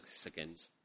seconds